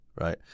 Right